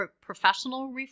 professional